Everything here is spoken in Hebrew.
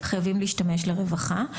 חייבים להשתמש לרווחה.